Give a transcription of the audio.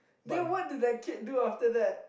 then what did that kid do after that